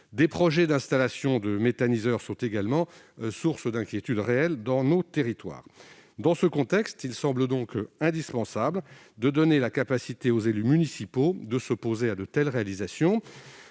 Des projets d'installation de méthaniseurs sont également source d'une inquiétude réelle dans nos territoires. Dans ce contexte, il semble donc indispensable de donner la capacité aux élus municipaux de s'opposer à de telles réalisations